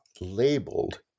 labeled